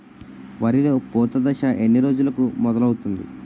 వరిలో పూత దశ ఎన్ని రోజులకు మొదలవుతుంది?